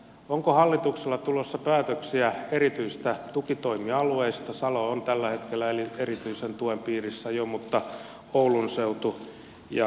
onko hallitukselta tulossa päätöksiä erityisistä tukitoimialueista salo on tällä hetkellä erityisen tuen piirissä jo oulun seudulle ja muualle